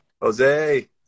Jose